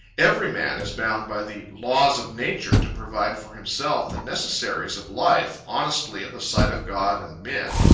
every man is bound by the laws of nature to provide for himself the necessaries of life, honestly in the sight of god and men,